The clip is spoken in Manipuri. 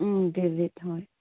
ꯑꯪ ꯗꯦꯕꯤꯠ ꯍꯣꯏ